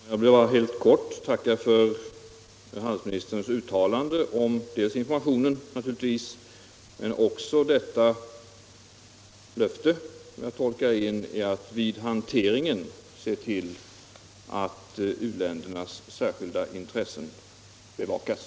Herr talman! Jag vill bara helt kort tacka handelsministern, i första hand för hans uttalande om informationen, men också för löftet att, som jag tolkar det, vid hanteringen se till att u-ländernas särskilda intressen bevakas.